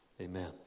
Amen